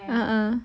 ah ah